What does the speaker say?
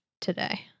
today